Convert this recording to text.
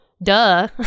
duh